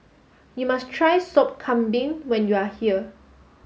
you must try Sop Kambing when you are here